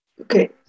okay